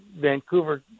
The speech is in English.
Vancouver